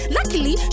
Luckily